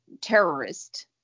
terrorist